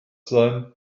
sein